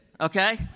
Okay